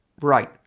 right